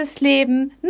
Leben